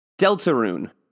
Deltarune